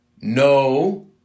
no